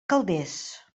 calders